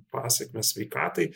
pasekmės sveikatai